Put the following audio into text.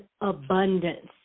abundance